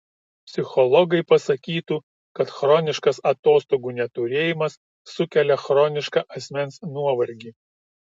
psichologai pasakytų kad chroniškas atostogų neturėjimas sukelia chronišką asmens nuovargį